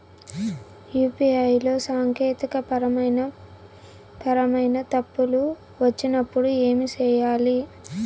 UPI లో సాంకేతికపరమైన పరమైన తప్పులు వచ్చినప్పుడు ఏమి సేయాలి